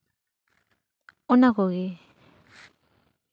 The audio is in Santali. ᱚᱱᱟ ᱠᱚᱜᱮ